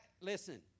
Listen